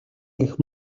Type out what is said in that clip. гэх